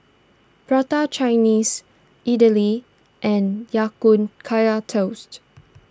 Prata Chinese Idly and Ya Kun Kaya Toast